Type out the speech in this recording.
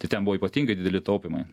tai ten buvo ypatingai dideli taupymai